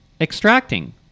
extracting